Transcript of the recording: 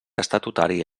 estatutari